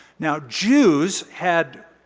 now jews had